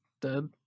dead